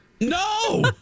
No